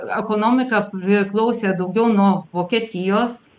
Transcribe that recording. ekonomika priklausė daugiau nuo vokietijos